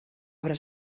obra